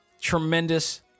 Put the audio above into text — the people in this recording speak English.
tremendous